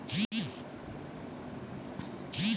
भारतो मे दुनू किनारा मिलाय करि के पचपन मुहाना छै